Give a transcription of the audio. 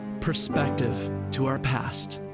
bperspective to our past.